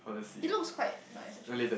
it looks quite nice actually